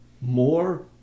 more